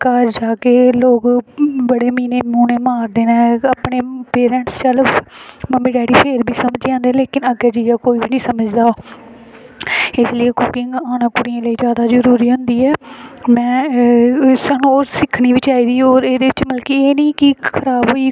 अगले घर जाह्गे लोग बड़े मीह्ने मारदे न अपने मम्मी डैडी ते फिर बी समझी जंदे जैलूं लेकिन अग्गें जाइयै कोई बी निं समझदा इस लेई कुकिंग औना कुड़ियें लेई जादा जरूरी होंदी ऐ ते मतलब ओह् सिक्खनी बी चाहिदी एह्दे च मतलब एह् नेईं कि खराब होई कोई